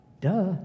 duh